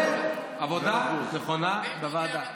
זאת עבודה נכונה בוועדה.